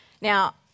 Now